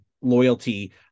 loyalty